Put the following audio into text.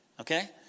okay